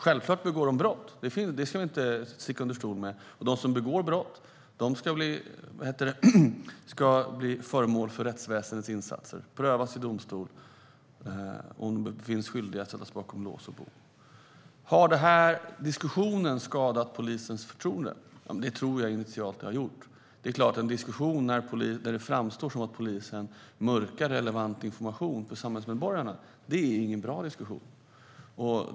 Självklart begår de brott, det ska vi inte sticka under stol med, och de som begår brott ska bli föremål för rättsväsendets insatser. Om de vid en prövning i domstol befinns skyldiga ska de sättas bakom lås och bom. Har den här diskussionen skadat polisens förtroende? Det tror jag att den initialt har gjort. Det är klart en diskussion där det framstår som att polisen mörkar relevant information för samhällsmedborgarna är ingen bra diskussion.